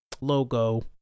logo